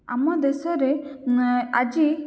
ଆମ ଦେଶରେ ଆଜି